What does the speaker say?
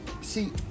See